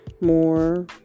more